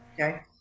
Okay